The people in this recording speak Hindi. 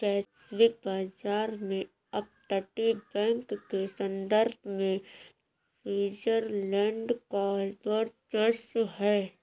वैश्विक बाजार में अपतटीय बैंक के संदर्भ में स्विट्जरलैंड का वर्चस्व है